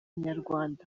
inyarwanda